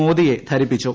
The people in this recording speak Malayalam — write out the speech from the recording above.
മോദിയെ ധരിപ്പിച്ചു